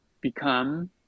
become